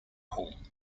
home